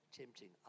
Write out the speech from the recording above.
tempting